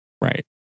right